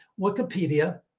Wikipedia